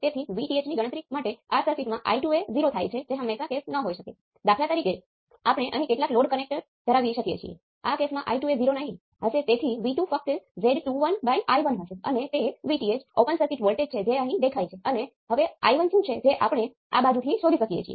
તેથી control source પોતે non reciprocal છે પરંતુ હું જે દર્શાવવા માંગુ છું તે એ છે કે કંટ્રોલ સોર્સ નો ઉપયોગ કરીને પારસ્પરિક નેટવર્કની અનુભૂતિ કરવી શક્ય છે